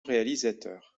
réalisateur